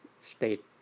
state